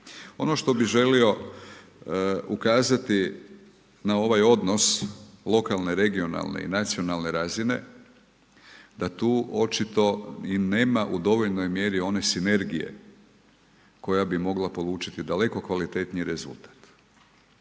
Ono što bih želio ukazati na ovaj odnos lokalne, regionalne i nacionalne razine da tu očito i nema u dovoljnoj mjeri one sinergije koja bi mogla polučiti daleko kvalitetniji rezultat.